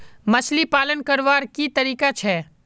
मछली पालन करवार की तरीका छे?